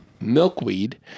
milkweed